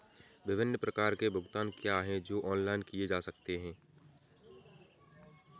विभिन्न प्रकार के भुगतान क्या हैं जो ऑनलाइन किए जा सकते हैं?